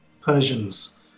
Persians